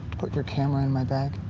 put your camera in my bag?